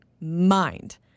mind